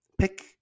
pick